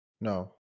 no